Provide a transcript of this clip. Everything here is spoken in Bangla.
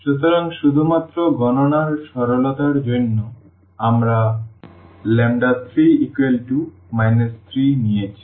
সুতরাং শুধুমাত্র গণনার সরলতার জন্য আমরা 3 3 নিয়েছি